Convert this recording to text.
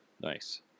Nice